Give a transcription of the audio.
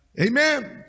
Amen